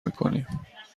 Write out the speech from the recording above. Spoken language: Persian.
میکنیم